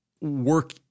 work